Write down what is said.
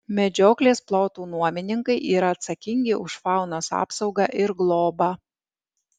medžioklės plotų nuomininkai yra atsakingi už faunos apsaugą ir globą